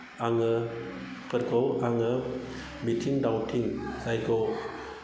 आङो बेफोरखौ आङो मिथिं दावथिं जायखौ